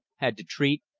had to treat,